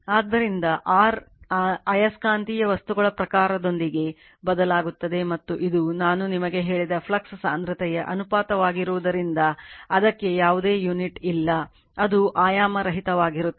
ಆದ್ದರಿಂದ r ಆಯಸ್ಕಾಂತೀಯ ವಸ್ತುಗಳ ಪ್ರಕಾರದೊಂದಿಗೆ ಬದಲಾಗುತ್ತದೆ ಮತ್ತು ಇದು ನಾನು ನಿಮಗೆ ಹೇಳಿದ ಫ್ಲಕ್ಸ್ ಸಾಂದ್ರತೆಯ ಅನುಪಾತವಾಗಿರುವುದರಿಂದ ಅದಕ್ಕೆ ಯಾವುದೇ ಯೂನಿಟ್ ಇಲ್ಲ ಅದು ಆಯಾಮರಹಿತವಾಗಿರುತ್ತದೆ